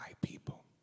people